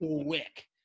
Quick